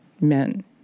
men